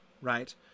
right